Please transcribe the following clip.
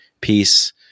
peace